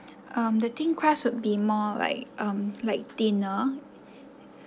um the thin crust would be more like um like thinner